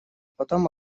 потом